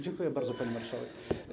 Dziękuję bardzo, pani marszałek.